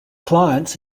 clients